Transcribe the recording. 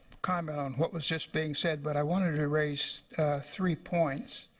comment on what was just being said, but i wanted to raise three points.